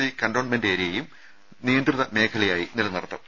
C cantonment ഏരിയയും നിയന്ത്രിത മേഖലയായി നിലനിർത്തും